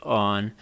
on